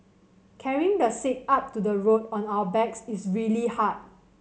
carrying the sick up to the road on our backs is really hard